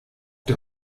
der